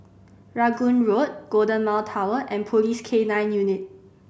Rangoon Road Golden Mile Tower and Police K Nine Unit